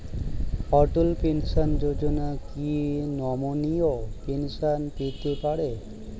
অটল pension Yojana কি নমনীয় pension পেতে পারে?